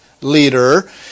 leader